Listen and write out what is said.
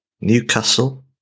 Newcastle